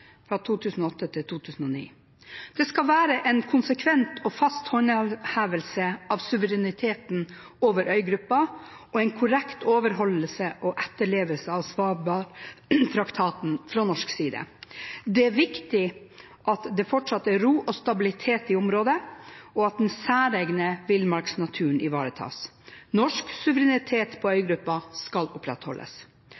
Det skal være en konsekvent og fast håndhevelse av suvereniteten over øygruppen og en korrekt overholdelse og etterlevelse av Svalbardtraktaten fra norsk side. Det er viktig at det fortsatt er ro og stabilitet i området, og at den særegne villmarksnaturen ivaretas. Norsk suverenitet på øygruppen skal opprettholdes.